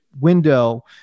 window